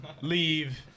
Leave